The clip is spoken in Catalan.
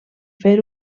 fer